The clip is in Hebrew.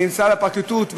שנמצאה בפרקליטות,